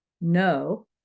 no